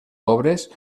obres